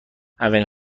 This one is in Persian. اولین